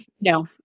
No